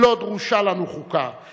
לא דרושה לנו חוקה,